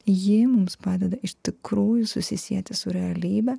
ji mums padeda iš tikrųjų susisieti su realybe